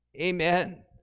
amen